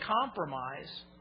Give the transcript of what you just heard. compromise